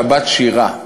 שבת שירה,